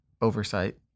oversight